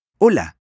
Hola